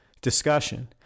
discussion